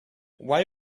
why